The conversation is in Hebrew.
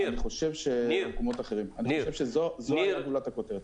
אני חושב שזאת גולת הכותרת.